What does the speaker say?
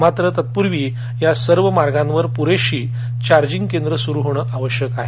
मात्र तत्पूर्वी या सर्व मार्गावर पुरेशी चार्जिंग केंद्र सुरु होणे आवश्यक आहे